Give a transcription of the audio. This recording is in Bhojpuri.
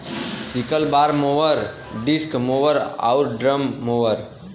sickle bar mower, disc mower आउर ड्रम मोवर